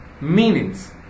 meanings